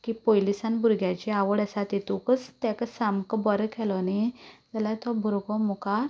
की पयलीसान भुरग्याची आवड आसा तितूंकच ताका सामको बरो केलो न्ही जाल्यार तो भुरगो मुखार